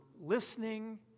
listening